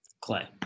Clay